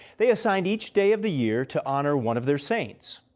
they assigned each day of the year to honor one of their saints.